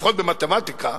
לפחות במתמטיקה,